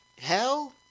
hell